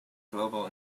global